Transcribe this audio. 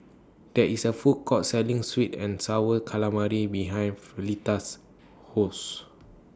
There IS A Food Court Selling Sweet and Sour Calamari behind Fleeta's House